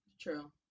True